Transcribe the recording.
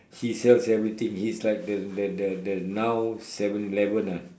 he sells everything he's like the the the the now seven eleven ah